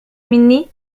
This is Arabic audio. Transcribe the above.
مني